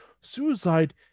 suicide